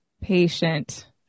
patient